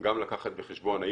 גם לקחת בחשבון.